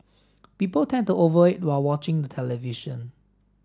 people tend to over while watching the television